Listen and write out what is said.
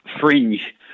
fringe